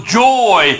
joy